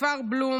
כפר בלום,